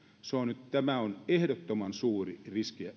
tämä on ehdottoman suuri